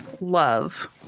love